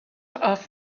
off